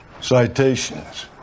Citations